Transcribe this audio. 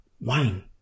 Wine